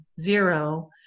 zero